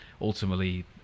ultimately